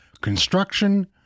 construction